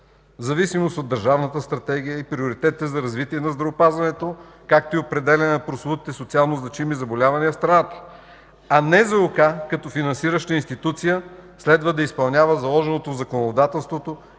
в зависимост от държавната стратегия и приоритетите за развитие на здравеопазването, както и определяне на прословутите социалнозначими заболявания в страната, а НЗОК, като финансираща институция, следва да изпълнява заложеното в законодателството